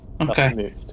Okay